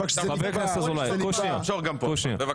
לא,